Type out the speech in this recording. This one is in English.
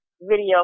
video